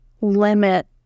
limit